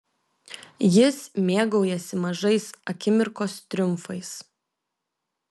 jis mėgaujasi mažais akimirkos triumfais